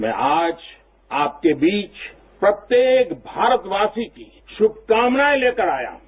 मैं आज आपके बीच प्रत्येक भारतवासी की शुभकामनाएं लेकर आया हूं